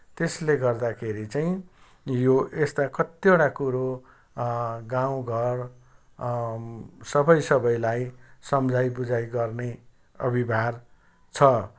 त्यसले गर्दाखेरि चाहिँ यो यस्ता कत्तिवटा कुरो गाउँ घर सबै सबैलाई सम्झाइ बुझाइ गर्ने अभिभार छ